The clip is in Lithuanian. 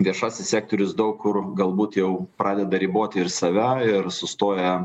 viešasis sektorius daug kur galbūt jau pradeda riboti ir save ir sustoja